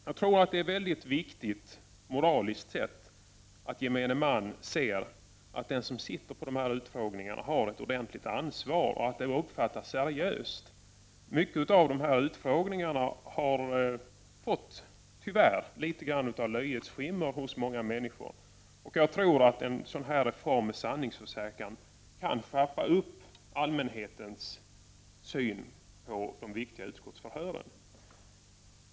Jag tror att det är väldigt viktigt, moraliskt sett, att gemene man ser att den som sitter på de här utfrågningarna har ett ordentligt ansvar och det uppfattas seriöst. Mycket av de här utfrågningarna har fått, tyvärr, litet grand av löjets skimmer hos många människor, och jag tror att en sådan här reform med sanningsförsäkran kan skärpa upp allmänhetens syn på de viktiga utskottsförhören.